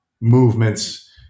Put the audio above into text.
movements